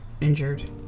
injured